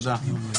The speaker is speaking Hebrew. תודה.